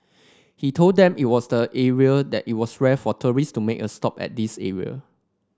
he told them it was the area that it was rare for tourist to make a stop at this area